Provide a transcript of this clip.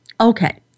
Okay